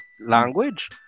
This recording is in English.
language